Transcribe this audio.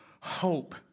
hope